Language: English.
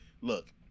look